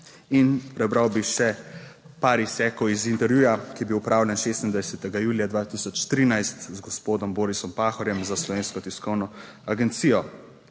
in prebral bi še par izsekov iz intervjuja, ki je bil opravljen 26. julija 2013 z gospodom Borisom Pahorjem za Slovensko tiskovno agencijo,